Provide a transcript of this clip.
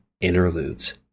interludes